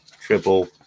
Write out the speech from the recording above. triple